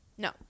No